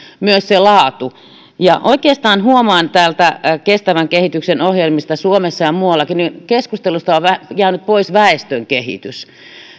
myös se laatu merkitsee oikeastaan huomaan kestävän kehityksen ohjelmista suomessa ja muuallakin että keskustelusta on jäänyt pois väestönkehitys